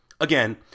Again